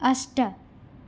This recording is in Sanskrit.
अष्ट